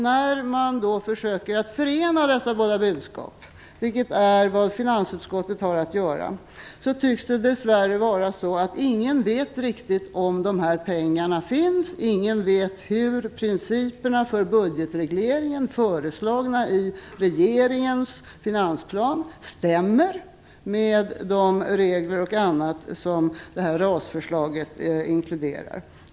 När man då försöker förena dessa båda budskap, vilket är vad finansutskottet har att göra, tycks det dess värre vara så att ingen vet riktigt om dessa pengar finns, ingen vet hur principerna för budgetregleringen som är föreslagna i regeringens finansplan stämmer med de regler m.m. som RAS-förslaget inkluderar.